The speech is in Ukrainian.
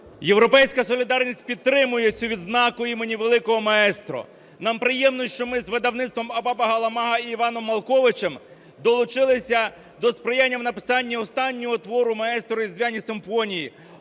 "Європейська солідарність" підтримує цю відзнаку імені великого маестро. Нам приємно, що ми з видавництвом "А-БА-БА ГА-ЛА-МА-ГА" і Іваном Малковичем долучилися до сприяння в написанні останнього твору маестро "Різдвяні симфонії",